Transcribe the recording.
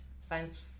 science